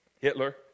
Hitler